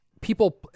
people